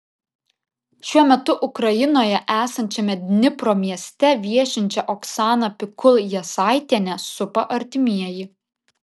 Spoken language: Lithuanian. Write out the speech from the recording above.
šiuo metu ukrainoje esančiame dnipro mieste viešinčią oksaną pikul jasaitienę supa artimieji